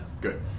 Good